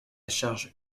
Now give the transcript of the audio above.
charge